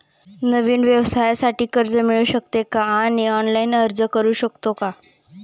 नवीन व्यवसायासाठी कर्ज मिळू शकते का आणि ऑनलाइन अर्ज करू शकतो का?